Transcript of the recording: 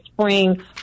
spring